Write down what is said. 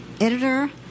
editor